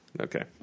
Okay